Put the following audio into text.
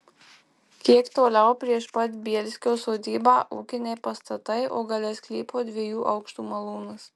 kiek toliau prieš pat bielskio sodybą ūkiniai pastatai o gale sklypo dviejų aukštų malūnas